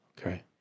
Okay